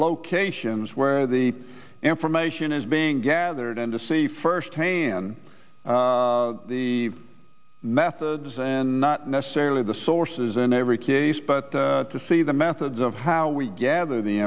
locations where the information is being gathered and to see firsthand the methods and not necessarily the sources in every case but to see the methods of how we gather the